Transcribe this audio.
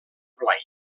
blai